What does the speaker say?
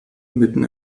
mitten